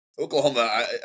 Oklahoma